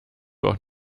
auch